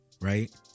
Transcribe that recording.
right